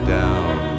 down